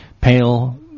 pale